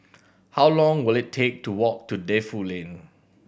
how long will it take to walk to Defu Lane